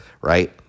right